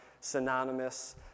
synonymous